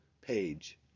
page